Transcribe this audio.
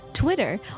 Twitter